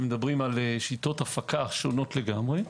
מדברים על שיטות הפקה שונות לגמרי,